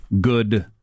good